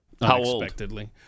unexpectedly